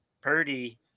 Purdy